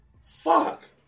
fuck